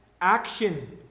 Action